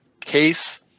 Case